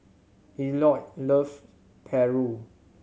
Elliot love paru